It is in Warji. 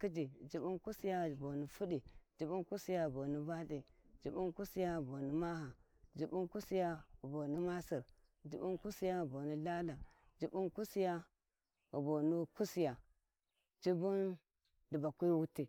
khiji jibbun lthaltha boni fudi jibbun lthaltha boni valthi jibbun lthaltha boni kusiya, jibbun lthaltha boni kusiya jibbun kusiya boni wuti jibbun kusiya boni raa jibbun kusiya boni khinji jibbun kusiya boni fudi jibbun kusiya boni valthi jibbun kusiya boni maha jibbun jibbun lthaltha boni wuti kusiya boni masir jibbun dibakwi wuti.